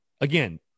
again